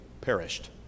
perished